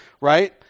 right